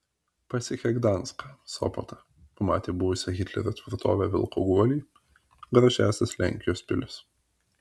pasiekia gdanską sopotą pamatė buvusią hitlerio tvirtovę vilko guolį gražiąsias lenkijos pilis